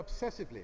obsessively